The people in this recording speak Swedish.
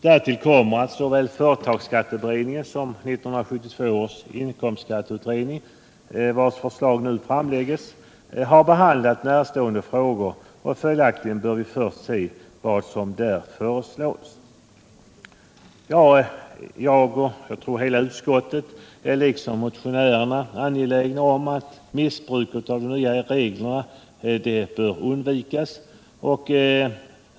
Därtill kommer att såväl företagsskatteberedningen som 1972 års inkomstskatteutredning, vilkas förslag nu framläggs, har behandlat närstående frågor. Följaktligen bör vi först se vad som där föreslås. Ja, och jag tror hela utskottet, är liksom motionärerna angelägen om att missbruk av de nya reglerna undviks.